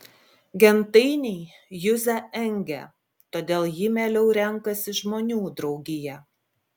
gentainiai juzę engia todėl ji mieliau renkasi žmonių draugiją